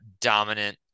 dominant